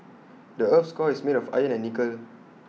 the Earth's core is made of iron and nickel